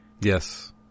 Yes